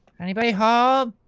anybody home?